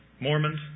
Mormons